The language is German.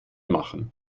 machen